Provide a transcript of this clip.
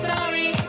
Sorry